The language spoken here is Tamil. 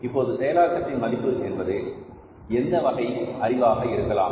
இப்போது செயலாக்கத்தின் மதிப்பு என்பது எந்த வகை அறிவாக இருக்கலாம்